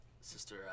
Sister